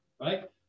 right